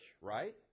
right